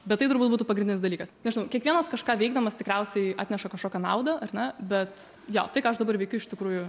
bet tai turbūt būtų pagrindinis dalykas nežinau kiekvienas kažką veikdamas tikriausiai atneša kažkokią naudą ar ne bet jo tai ką aš dabar veikiu iš tikrųjų